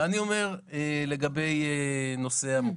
לגבי נושא המוקד,